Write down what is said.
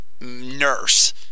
nurse